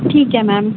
ठीक है मैम